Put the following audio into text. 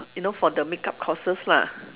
you know for the makeup courses lah